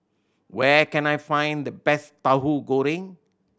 where can I find the best Tauhu Goreng